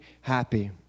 happy